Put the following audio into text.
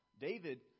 David